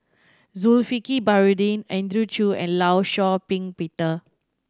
Zulkifli Baharudin Andrew Chew and Law Shau Ping Peter